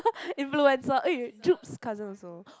influencer eh Jude's cousin also